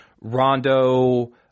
Rondo